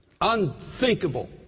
Unthinkable